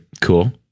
cool